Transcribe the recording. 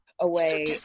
away